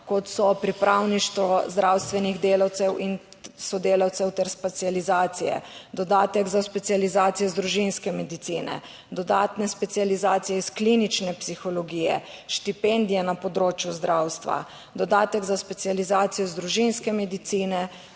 kot so pripravništvo zdravstvenih delavcev in sodelavcev ter specializacije, dodatek za specializacijo iz družinske medicine, dodatne specializacije iz klinične psihologije, štipendije na področju zdravstva, dodatek za specializacijo iz družinske medicine